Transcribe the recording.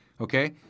okay